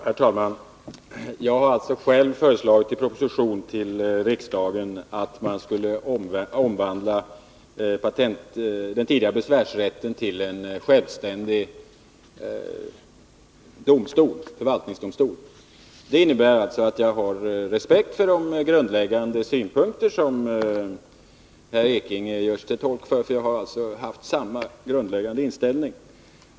Herr talman! Jag har alltså själv i proposition till riksdagen föreslagit att man skulle omvandla den tidigare besvärsrätten till en självständig förvaltningsdomstol. Detta innebär att jag har respekt för de grundläggande synpunkter som herr Ekinge gör sig till tolk för. Jag har samma grundläggande inställning.